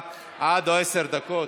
בעד, 22,